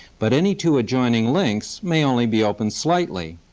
but any two adjoining lengths may only be open slightly.